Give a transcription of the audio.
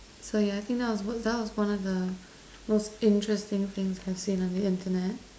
so yeah I think that was that was one of the most interesting things I've seen on the internet